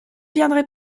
viendrait